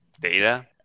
data